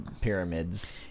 pyramids